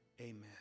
Amen